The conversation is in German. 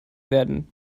werden